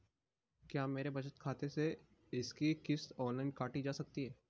क्या मेरे बचत खाते से इसकी किश्त ऑनलाइन काटी जा सकती है?